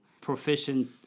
proficient